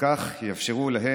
כך יתאפשר להן,